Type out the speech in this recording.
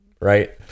right